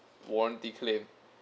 warranty claim